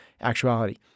actuality